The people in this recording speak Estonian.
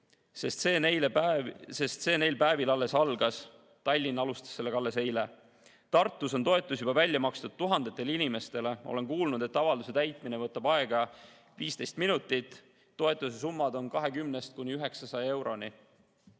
vastuvõtt] neil päevil alles algas. Tallinn alustas sellega alles eile. Tartus on toetus juba välja makstud tuhandetele inimestele. Olen kuulnud, et avalduse täitmine võtab aega 15 minutit. Toetuse summad on 20 eurost